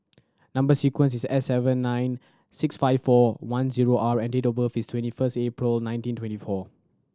number sequence is S seven nine six five four one zero R and date of birth is twenty first April nineteen twenty four